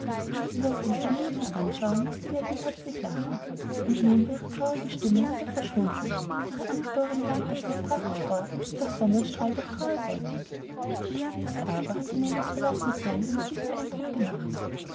ueber diese naive anschauung mußte nellie herzlich lachen und nun war ihre traurige stimmung wieder verschwunden und ihre angeborene heiterkeit brach hervor wie der sonnenstrahl durch graue wolken auf ilse aber hatte nellies verlassensein einen tiefen eindruck gemacht